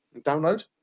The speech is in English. download